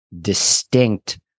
distinct